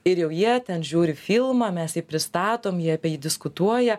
ir jau jie ten žiūri filmą mes jį pristatom jie apie jį diskutuoja